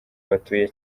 batuye